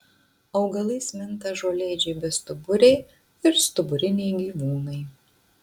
augalais minta žolėdžiai bestuburiai ir stuburiniai gyvūnai